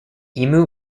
emu